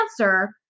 answer